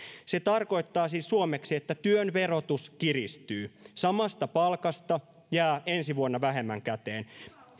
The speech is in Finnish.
se tarkoittaa siis suomeksi että työn verotus kiristyy samasta palkasta jää ensi vuonna vähemmän käteen